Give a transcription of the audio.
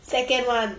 second one